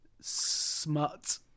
smut